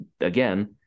again